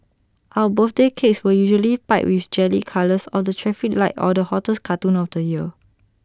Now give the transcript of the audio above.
our birthday cakes were usually piped with jelly colours of the traffic light or the hottest cartoon of the year